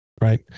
Right